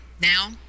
now